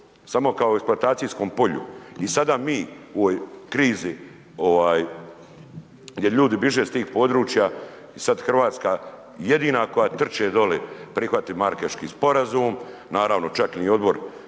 samo kao eksploatacijskom polju i sada mi u ovoj krizi ovaj gdje ljudi biže s tih područja i sad Hrvatska jedina koja trče doli prihvati Marakeški sporazum, naravno čak ni odbor